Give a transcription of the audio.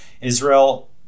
Israel